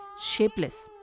shapeless